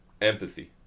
Empathy